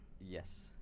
Yes